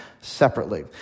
separately